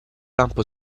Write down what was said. lampo